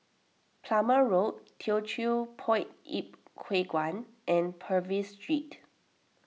Plumer Road Teochew Poit Ip Huay Kuan and Purvis Street